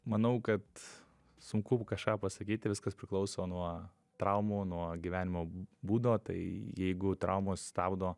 manau kad sunku kažką pasakyti viskas priklauso nuo traumų nuo gyvenimo būdo tai jeigu traumos stabdo